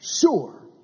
Sure